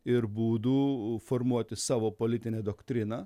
ir būdų formuoti savo politinę doktriną